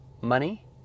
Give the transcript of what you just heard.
money